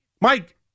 Mike